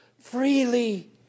freely